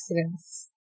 accidents